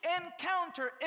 encounter